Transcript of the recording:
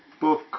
book